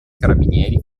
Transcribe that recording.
carabinieri